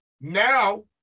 Now